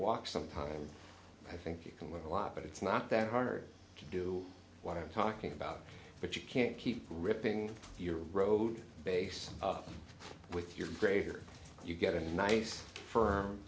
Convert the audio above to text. walk sometime i think you can win a lot but it's not that hard to do what i'm talking about but you can't keep ripping your road base up with your greater you get a nice f